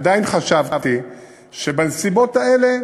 עדיין חשבתי שבנסיבות האלה